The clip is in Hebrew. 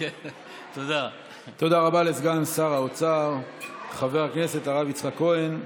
תודה רבה לסגן שר האוצר חבר הכנסת הרב יצחק כהן.